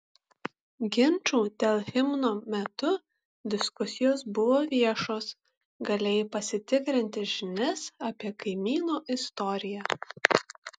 ginčų dėl himno metu diskusijos buvo viešos galėjai pasitikrinti žinias apie kaimyno istoriją